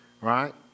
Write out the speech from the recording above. Right